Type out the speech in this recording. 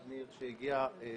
אותם אנשים עושים